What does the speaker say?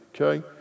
okay